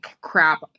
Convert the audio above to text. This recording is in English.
crap